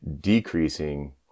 decreasing